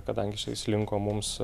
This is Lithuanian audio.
kadangi jisai slinko mums